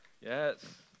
Yes